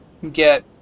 Get